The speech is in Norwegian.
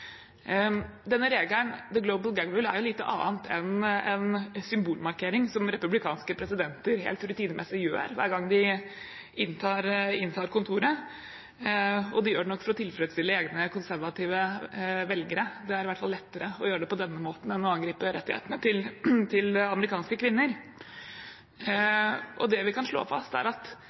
Denne regelen «the global gag rule» er lite annet enn en symbolmarkering som republikanske presidenter helt rutinemessig gjør hver gang de inntar kontoret, og de gjør det nok for å tilfredsstille egne konservative velgere. Det er i hvert fall lettere å gjøre det på denne måten enn å angripe rettighetene til amerikanske kvinner. Det vi kan slå fast, er at